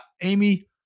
Amy